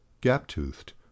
gap-toothed